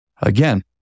Again